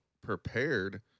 prepared